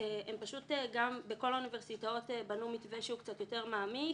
הם פשוט גם בכל האוניברסיטאות בנו מתווה שהוא קצת יותר מעמיק,